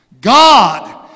God